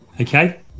Okay